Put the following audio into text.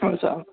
আচ্ছা